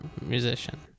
musician